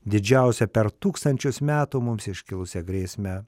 didžiausia per tūkstančius metų mums iškilusia grėsme